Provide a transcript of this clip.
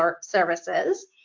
services